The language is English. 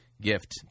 gift